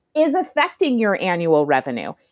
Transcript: is effecting your annual revenue,